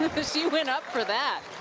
she went up for that.